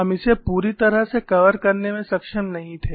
हम इसे पूरी तरह से कवर करने में सक्षम नहीं थे